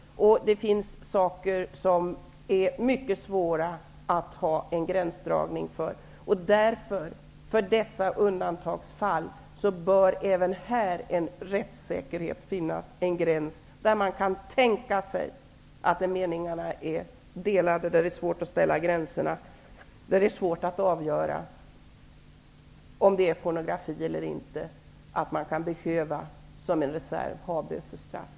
Det finns fall där det är mycket svårt att göra en gränsdragning. Även för dessa undantagsfall bör en rättssäkerhet finnas. Det kan också tänkas att det finns ett område där meningarna är delade och där det är svårt att dra gränserna, dvs. där det är svårt att avgöra om det är fråga om pornografi eller inte. Därför kan man som en reservmöjlighet behöva ett bötesstraff.